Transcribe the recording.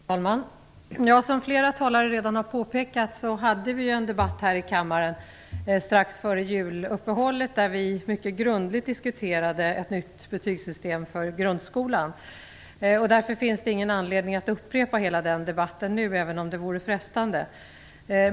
Herr talman! Som flera talare redan har påpekat hade vi en debatt här i kammaren strax före juluppehållet, i vilken vi mycket grundligt diskuterade ett nytt betygssystem för grundskolan. Det finns ingen anledning att nu upprepa hela denna debatt, även om det vore frestande.